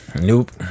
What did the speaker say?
Nope